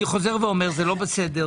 אני שב ואומר- זה לא בסדר.